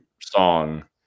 song